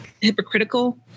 hypocritical